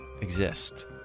exist